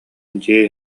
дьиэ